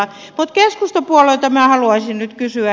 mutta keskustapuolueelta minä haluaisin nyt kysyä